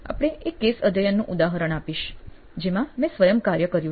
હું આપને એક કેસ અધ્યયનનું ઉદાહરણ આપીશ જેમાં મેં સ્વયં કાર્ય કર્યું છે